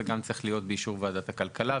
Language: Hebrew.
זה גם צריך להיות באישור ועדת הכלכלה.